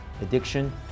Addiction